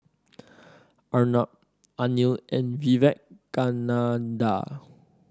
Arnab Anil and Vivekananda